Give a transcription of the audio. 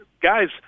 guys